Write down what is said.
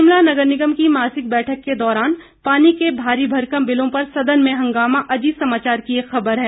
शिमला नगर निगम की मासिक बैठक के दौरान पानी के भारी भरकम बिलों पर सदन में हंगामा अजीत समाचार की एक खबर है